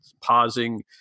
pausing